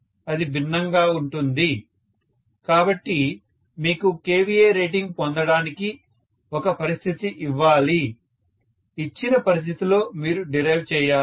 అది భిన్నంగా ఉంటుంది కాబట్టి మీకు kVA రేటింగ్ పొందటానికి ఒక పరిస్థితి ఇవ్వాలి ఇచ్చిన పరిస్థితిలో మీరు డిరైవ్ చేయాలి